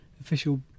official